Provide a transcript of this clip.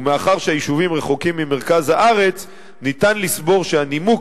ומאחר שהיישובים רחוקים ממרכז הארץ אפשר לסבור שהנימוק